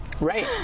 right